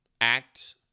act